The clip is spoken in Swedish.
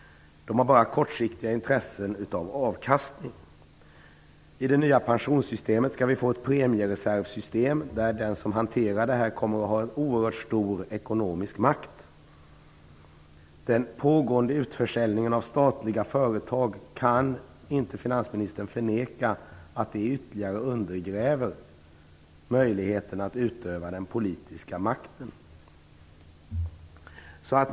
De har bara kortsiktiga intressen av avkastning. I det nya pensionssystemet skall vi få ett premiereservsystem där den som hanterar detta kommer att ha en oerhört stor ekonomisk makt. Finansministern kan inte förneka att den pågående utförsäljningen av statliga företag ytterligare undergräver möjligheten att utöva den politiska makten.